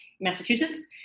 Massachusetts